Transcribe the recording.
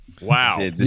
wow